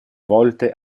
volte